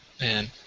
Man